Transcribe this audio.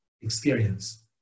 experience